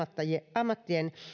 ammattien